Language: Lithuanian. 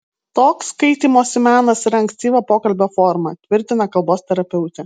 toks kaitymosi menas yra ankstyva pokalbio forma tvirtina kalbos terapeutė